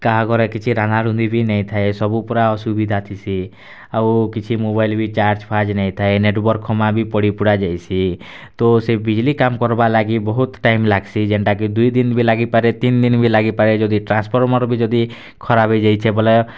କାହା ଘରେ କିଛି ରାନ୍ଧାରୁନ୍ଧି ବି ନାଇଁଥାଏ ସବୁ ପୂରା ଅସୁବିଧା ଥିସି ଆଉ କିଛି ମୋବାଇଲ୍ ବି ଚାର୍ଜ୍ ଫାର୍ଜ୍ ନାଇଁଥାଏ ନେଟୱାର୍କ୍ ଖମା ବି ପଡ଼ିପୁଡ଼ା ଯାଏସି ତ ସେ ବିଜଲି କାମ୍ କରବା ଲାଗି ବହୁତ୍ ଟାଇମ୍ ଲାଗସି ଯେନଟା କି ଦୁଇ ଦିନ୍ ବି ଲାଗିପାରେ ତିନ୍ ଦିନ୍ ବି ଲାଗିପାରେ ଯଦି ଟ୍ରାନ୍ସପର୍ମର୍ ବି ଯଦି ଖରାପ୍ ହେଇଯାଇଛେ ବୋଲେ